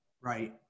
Right